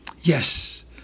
Yes